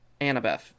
Annabeth